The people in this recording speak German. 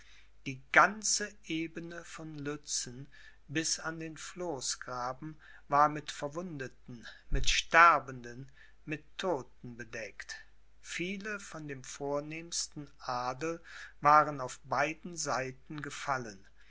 die ganze ebene von lützen bis an den floßgraben war mit verwundeten mit sterbenden mit todten bedeckt viele von dem vornehmsten adel waren auf beiden seiten gefallen